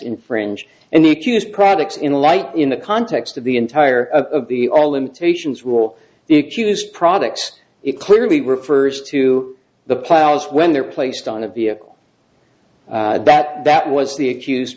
infringed and the accused products in light in the context of the entire of the all impatiens rule the accused products it clearly refers to the plows when they're placed on a vehicle that that was the accused